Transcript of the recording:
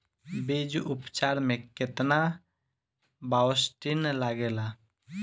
बीज उपचार में केतना बावस्टीन लागेला?